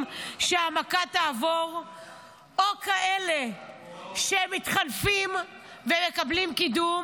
שהמכה תעבור או כאלה שמתחנפים ומקבלים קידום,